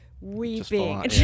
weeping